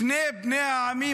לא הבנתי על מה הוא